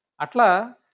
Atla